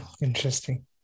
Interesting